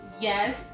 Yes